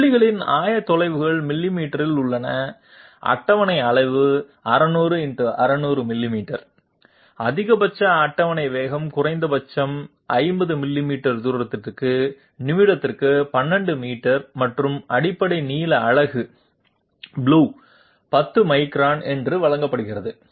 புள்ளிகளின் ஆயத்தொலைவுகள் மில்லிமீட்டரில் உள்ளன அட்டவணை அளவு 600 × 600 மில்லிமீட்டர் அதிகபட்ச அட்டவணை வேகம் குறைந்தபட்சம் 50 மில்லிமீட்டர் தூரத்திற்கு நிமிடத்திற்கு 12 மீட்டர் மற்றும் அடிப்படை நீள அலகு புளு 10 மைக்ரான் என்று வழங்கப்படுகிறது